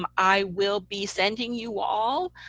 um i will be sending you all